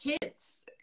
kids